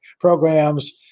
programs